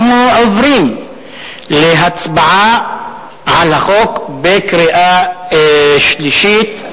אנחנו עוברים להצבעה על החוק בקריאה שלישית.